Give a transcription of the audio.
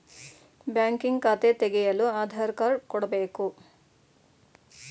banking ಖಾತೆ ತೆಗೆಯಲು Aadhaar card ಕೊಡಬೇಕು